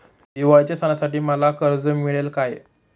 दिवाळीच्या सणासाठी मला कर्ज मिळेल काय?